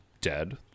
dead